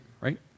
right